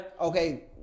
Okay